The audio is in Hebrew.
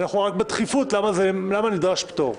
אנחנו דנים רק בדחיפות, למה נדרש פטור.